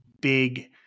big